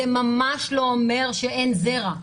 זה ממש לא אומר שאין זרע,